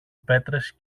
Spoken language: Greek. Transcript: πέτρες